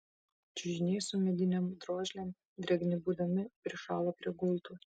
čiužiniai su medinėm drožlėm drėgni būdami prišalo prie gultų